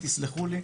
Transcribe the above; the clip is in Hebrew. תסלחו לי,